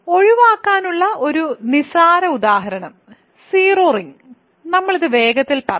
ഒഴിവാക്കാനുള്ള ഒരു നിസ്സാര ഉദാഹരണം സീറോ റിംഗ് നമ്മൾ ഇത് വേഗത്തിൽ പറയും